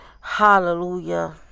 Hallelujah